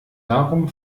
darum